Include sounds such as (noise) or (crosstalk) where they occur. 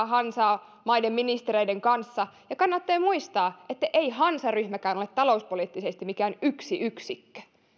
(unintelligible) hansamaiden ministereiden kanssa kannattaa muistaa että ei hansaryhmäkään ole talouspoliittisesti mikään yksi yksi yksikkö